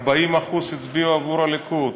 40% הצביעו עבור הליכוד.